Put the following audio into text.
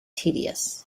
tedious